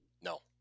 No